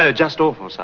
ah just awful, sire.